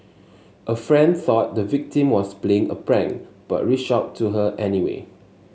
a friend thought the victim was playing a prank but reached out to her anyway